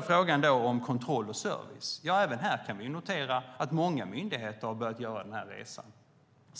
I frågan om kontroll och service kan vi även notera att många myndigheter har börjat göra den resan.